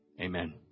Amen